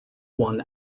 won